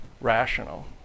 rational